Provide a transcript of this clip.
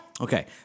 Okay